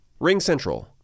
RingCentral